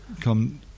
come